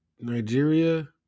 Nigeria